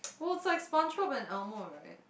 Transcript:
oh it's like Spongebob and Elmo